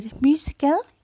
musical